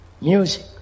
music